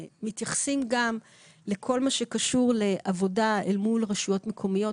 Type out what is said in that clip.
מתייחסים גם לכל מה שקשור לעבודה מול רשויות מקומיות,